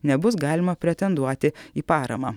nebus galima pretenduoti į paramą